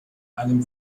einem